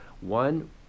One